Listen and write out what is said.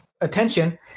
attention